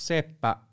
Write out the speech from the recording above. Seppä